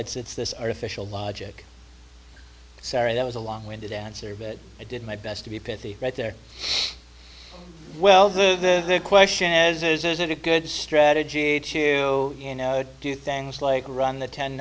it's this artificial logic sorry that was a long winded answer but i did my best to be pithy right there well the question as is is it a good strategy to you know do things like run the ten